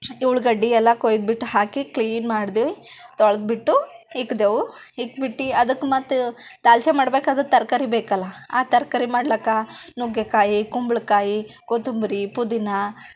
ಉಳ್ಳಾಗಡ್ಡಿ ಎಲ್ಲ ಕೊಯ್ದುಬಿಟ್ಟು ಹಾಕಿ ಕ್ಲೀನ್ ಮಾಡಿದೆ ತೋಳೆದ್ಬಿಟ್ಟು ಇಕ್ದೇವು ಇಕ್ಬಿಟ್ಟು ಅದಕ್ಕೆ ಮತ್ತೆ ದಾಲ್ಚೆ ಮಾಡಬೇಕಾದ್ರೆ ತರಕಾರಿ ಬೇಕಲ್ಲ ಆ ತರಕಾರಿ ಮಾಡ್ಲಿಕ್ಕೆ ನುಗ್ಗೆಕಾಯಿ ಕುಂಬಳಕಾಯಿ ಕೊತ್ತಂಬರಿ ಪುದೀನಾ